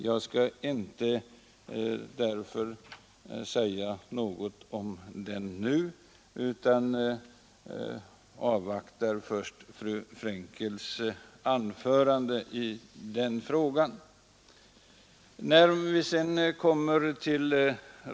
Jag skall därför inte säga någonting om den nu, utan avvaktar fru Frenkels anförande.